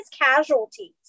casualties